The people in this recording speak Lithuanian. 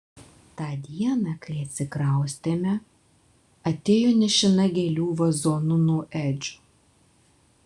tą dieną kai atsikraustėme atėjo nešina gėlių vazonu nuo edžio